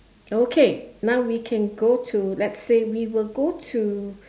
okay now we can go to let's say we will go to